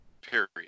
Period